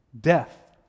Death